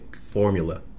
formula